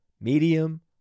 medium